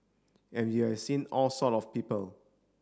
and you have seen all sort of people